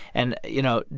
and, you know,